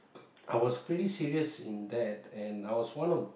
I was pretty serious in that and I was one of